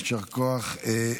יישר כוח.